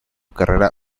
carrera